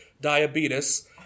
diabetes